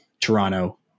Toronto